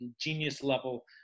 genius-level